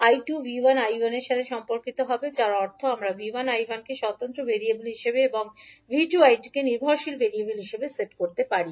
𝐈2 𝐕1 𝐈1 এর সাথে সম্পর্কিত হবে যার অর্থ আমরা V1 𝐈1 কে স্বতন্ত্র ভেরিয়েবল হিসাবে এবং 𝐕2 𝐈2 কে নির্ভরশীল ভেরিয়েবল হিসাবে সেট করতে পারি